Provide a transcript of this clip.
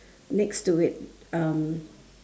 next to it um